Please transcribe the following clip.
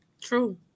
true